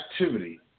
activity